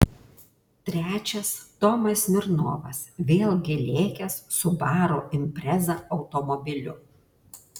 trečias tomas smirnovas vėlgi lėkęs subaru impreza automobiliu